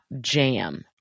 jam